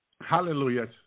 hallelujah